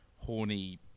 horny